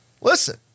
listen